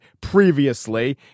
previously